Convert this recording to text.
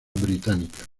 británicas